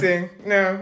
no